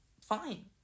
fine